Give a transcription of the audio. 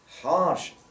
harsh